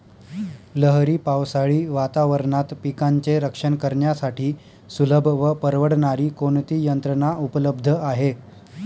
लहरी पावसाळी वातावरणात पिकांचे रक्षण करण्यासाठी सुलभ व परवडणारी कोणती यंत्रणा उपलब्ध आहे?